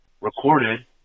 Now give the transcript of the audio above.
recorded